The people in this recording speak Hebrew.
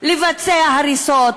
לבצע הריסות,